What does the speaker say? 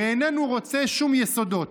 ואיננו רוצה שום יסודות